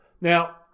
Now